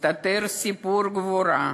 הסתתר סיפור גבורה,